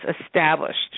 established